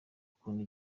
dukunda